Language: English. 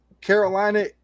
Carolina